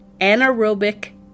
anaerobic